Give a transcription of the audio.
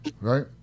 right